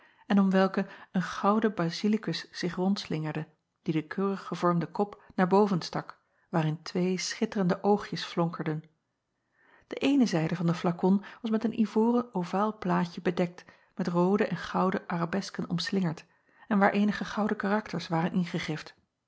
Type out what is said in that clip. en om welken een gouden baziliskus zich rondslingerde die den keurig gevormden kop naar boven stak waarin twee schitterende oogjes flonkerden e eene zijde van den flakon was met een ivoren ovaal plaatje bedekt met roode en gouden arabesken omslingerd en waar eenige gouden karakters waren ingegrift